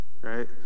right